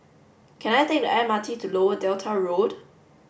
can I take the M R T to Lower Delta Road